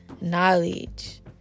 knowledge